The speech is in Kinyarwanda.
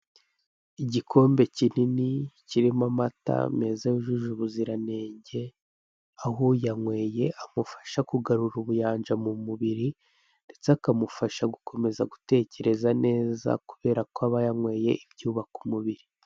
Igikombe kinini kirimo amata meza yujuje ubuziranenge, aho uwanyweye, amufasha kugarura ubuyanja mu mubiri, ndetse akamufasha gukomeza gutekereza neza kubera ko aba yanyweye ibyubaka ububiri.